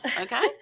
Okay